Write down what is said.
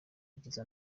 agize